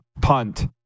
punt